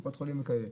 קופת חולים וכאלה,